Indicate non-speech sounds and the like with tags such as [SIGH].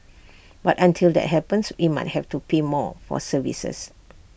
[NOISE] but until that happens we might have to pay more for services